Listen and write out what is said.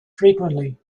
frequently